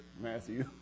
Matthew